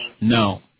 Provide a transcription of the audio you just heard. No